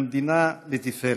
למדינה לתפארת.